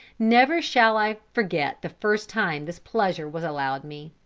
never shall i forget the first time this pleasure was allowed me.